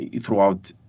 throughout